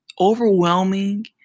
overwhelming